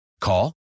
Call